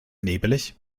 nebelig